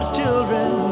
children